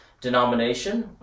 denomination